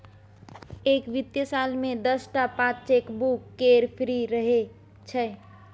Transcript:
एक बित्तीय साल मे दस टा पात चेकबुक केर फ्री रहय छै